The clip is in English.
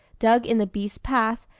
dug in the beast's path,